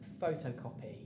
photocopy